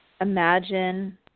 imagine